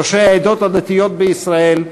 ראשי העדות הדתיות בישראל,